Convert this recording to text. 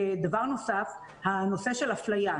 דבר נוסף, הנושא של אפלייה.